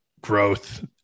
growth